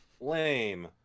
Lame